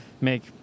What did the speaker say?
make